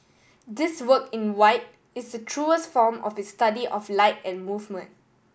this work in white is truest form of his study of light and movement